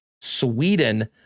Sweden